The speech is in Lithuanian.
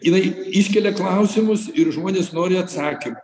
jinai iškelia klausimus ir žmonės nori atsakymų